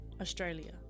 Australia